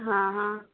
ହଁ ହଁ